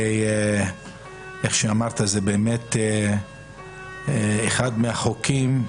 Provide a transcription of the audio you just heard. כמו שאמרת, זה אחד החוקים,